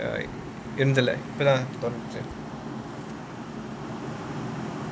இருக்குல்ல இப்பதான் துறந்துச்சு:irukula ippa thaan thuranthuchu